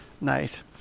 night